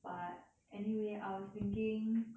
but anyway I was thinking